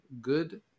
good